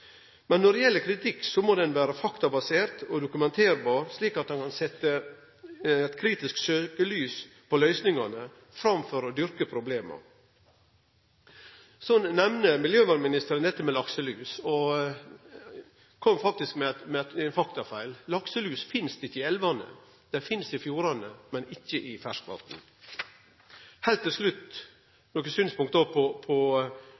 Når det gjeld kritikk, må han vere faktabasert og dokumenterbar, slik at ein kan setje eit kritisk søkjelys på løysingane framfor å dyrke problema. Så nemner miljøvernministeren dette med lakselus, og han kom med ein faktafeil. Lakselus finst ikkje i elvane. Dei finst i fjordane, men ikkje i ferskvatn. Heilt til slutt nokre synspunkt på